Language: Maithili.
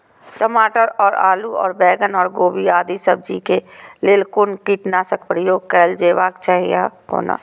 टमाटर और आलू और बैंगन और गोभी आदि सब्जी केय लेल कुन कीटनाशक प्रयोग कैल जेबाक चाहि आ कोना?